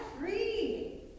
free